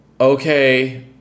okay